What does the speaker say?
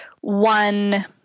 one